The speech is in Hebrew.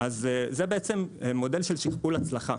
זה בעצם מודל של שכפול הצלחה.